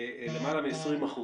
למעלה מ-20%.